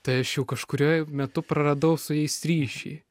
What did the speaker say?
tai aš jau kažkuriuo metu praradau su jais ryšį